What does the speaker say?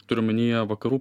turiu omenyje vakarų